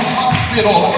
hospital